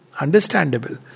Understandable